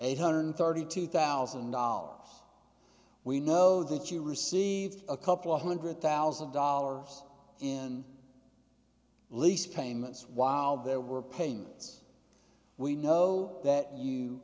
eight hundred and thirty two thousand dollars we know that you received a couple of one hundred thousand dollars in lease payments while there were payments we know that you